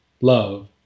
love